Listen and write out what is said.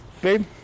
Babe